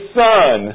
son